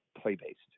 play-based